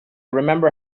remember